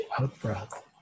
out-breath